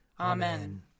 Amen